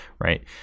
right